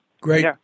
great